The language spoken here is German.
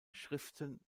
schriften